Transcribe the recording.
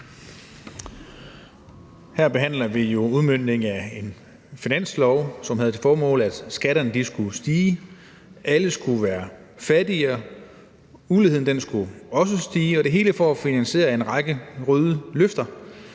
Her behandler vi jo udmøntningen af en finanslov, som havde til formål, at skatterne skulle stige. Alle skulle være fattigere, uligheden skulle også stige, og alt sammen for at finansiere en række røde løfter.